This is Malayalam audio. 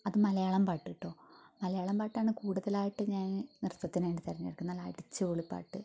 അത് മലയാളം പാട്ട് കേട്ടോ മലയാളം പാട്ടാണ് കൂടുതലായിട്ടും ഞാൻ നൃത്തത്തിനു വേണ്ടി തിരഞ്ഞെടുക്കുന്നത് നല്ല അടിച്ചുപൊളി പാട്ട്